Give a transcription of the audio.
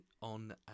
on